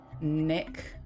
nick